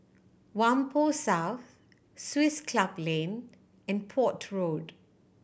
Whampoa South Swiss Club Lane and Port Road